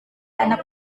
anak